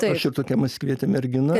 aš ir tokia maskvietė mergina